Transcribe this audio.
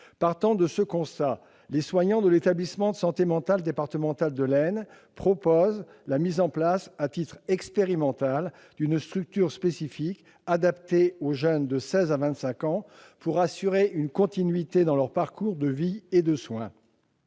Partant de ce constat, les soignants de l'établissement de santé mentale départemental de l'Aisne proposent la mise en place, à titre expérimental, d'une structure spécifique, adaptée aux jeunes de 16 ans à 25 ans, pour assurer une continuité dans leur parcours de vie et de soins.